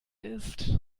ist